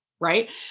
Right